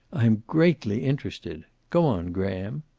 i am greatly interested. go on, graham.